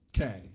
Okay